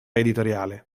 editoriale